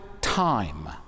time